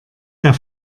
der